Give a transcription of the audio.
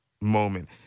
moment